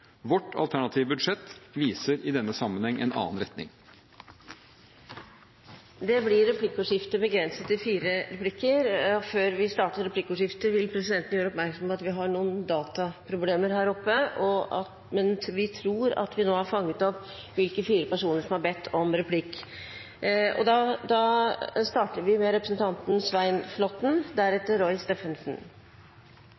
Vårt alternative budsjett viser i denne sammenheng en annen retning. Det blir replikkordskifte. Før vi starter replikkordskiftet vil presidenten gjøre oppmerksom på at vi har noen dataproblemer, men vi tror at vi nå har fanget opp hvilke fire personer som har bedt om replikk. Representanten er opptatt av høy oljepengebruk og